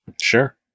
Sure